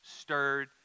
stirred